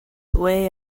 way